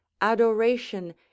adoration